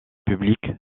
publique